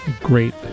great